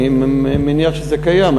אני מניח שזה קיים,